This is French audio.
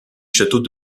château